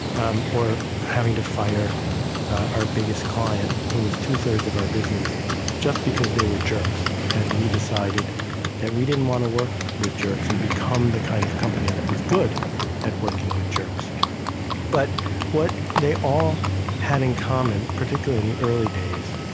um or having to fire our biggest client who was two-thirds of our business just because they were jerks. and we decided that we didn't want to work with jerks and become the kind of company that was good at working with jerks but what they all had in common, particularly in the early days,